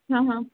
हां हां